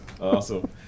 Awesome